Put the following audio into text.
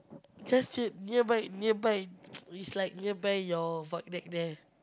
just near nearby nearby it's like nearby your void deck there